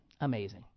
amazing